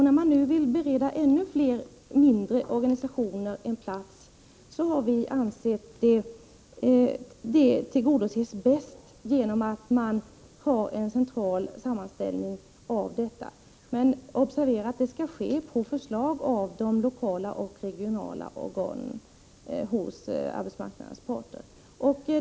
När man nu vill bereda ännu fler mindre organisationer en plats har vi ansett att det önskemålet tillgodoses bäst genom att man har en central sammanställning. Men observera att den skall ske på förslag av de lokala och regionala organen hos arbetsmarknadens parter.